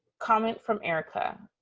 comment from erica.